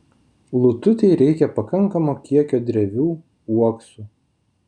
lututei reikia pakankamo kiekio drevių uoksų